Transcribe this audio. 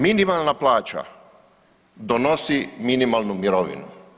Minimalna plaća donosi minimalnu mirovinu.